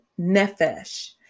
Nefesh